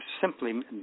simply